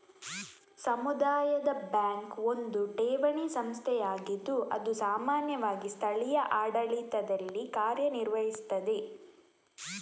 ಸಮುದಾಯ ಬ್ಯಾಂಕು ಒಂದು ಠೇವಣಿ ಸಂಸ್ಥೆಯಾಗಿದ್ದು ಅದು ಸಾಮಾನ್ಯವಾಗಿ ಸ್ಥಳೀಯ ಆಡಳಿತದಲ್ಲಿ ಕಾರ್ಯ ನಿರ್ವಹಿಸ್ತದೆ